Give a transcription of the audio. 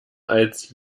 als